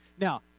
Now